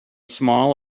small